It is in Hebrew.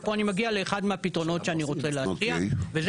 ופה אני מגיע לאחד מהפתרונות שאני רוצה להציע וזה